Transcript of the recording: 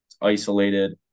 isolated